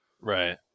right